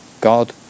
God